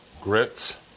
grits